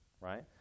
right